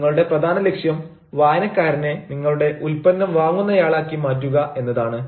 നിങ്ങളുടെ പ്രധാന ലക്ഷ്യം വായനക്കാരനെ നിങ്ങളുടെ ഉൽപന്നം വാങ്ങുന്നയാളാക്കി മാറ്റുക എന്നതാണ്